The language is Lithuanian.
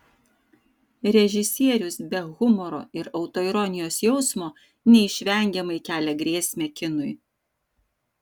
režisierius be humoro ir autoironijos jausmo neišvengiamai kelia grėsmę kinui